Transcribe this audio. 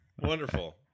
Wonderful